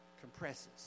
Compresses